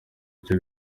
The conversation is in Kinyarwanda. icyo